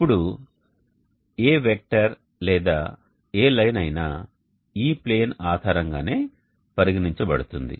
ఇప్పుడు ఏ వెక్టర్ లేదా ఏ లైన్ అయినా ఈ ప్లేన్ ఆధారంగానే పరిగణించబడుతుంది